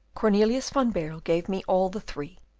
cornelius van baerle gave me all the three.